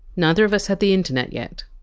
neither of us had the internet yet,